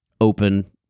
open